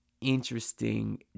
interesting